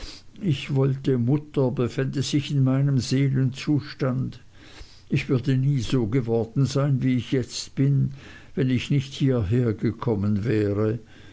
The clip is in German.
ich wollte mutter befände sich in meinem seelenzustand ich würde nie so geworden sein wie ich jetzt bin wenn ich nicht hierhergekommen wäre